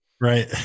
Right